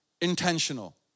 intentional